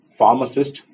Pharmacist